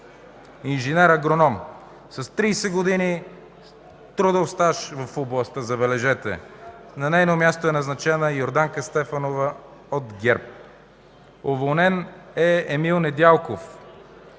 инженер – агроном, с 30 години трудов стаж в областта, забележете! На нейно място е назначена Йорданка Стефанова от ГЕРБ. Уволнен е Емил Недялков,